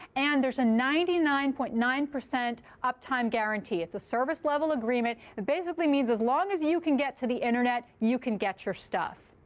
and there's a ninety nine point nine uptime guarantee. it's a service level agreement. it basically means as long as you can get to the internet, you can get your stuff.